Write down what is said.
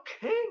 king